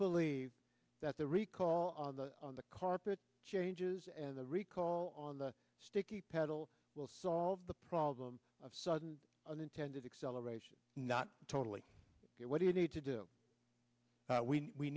believe that the recall on the on the carpet changes and the recall on the sticky pedal will solve the problem of sudden unintended acceleration not totally what do you need to do